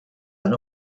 and